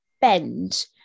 bend